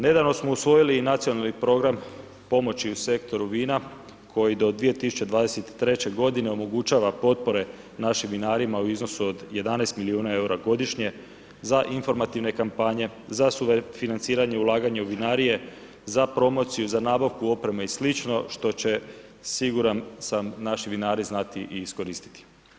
Nedavno smo usvojili i Nacionalni program pomoći u sektoru vina koji do 2023. godine omogućava potpore našim vinarima u iznosu od 11 milijuna EUR-a godišnje za informativne kampanje, za sufinanciranje ulaganja u vinarije, za promociju, za nabavku opreme i sl. što će siguran sam naši vinari znati i iskoristiti.